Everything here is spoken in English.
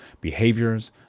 behaviors